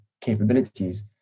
capabilities